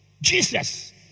Jesus